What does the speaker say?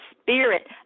spirit